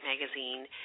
magazine